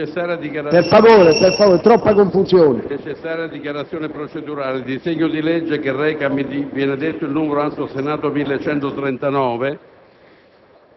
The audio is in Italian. Per favore, c'è troppa confusione.